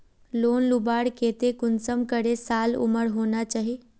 Loan लुबार केते कुंसम करे साल उमर होना चही?